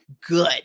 good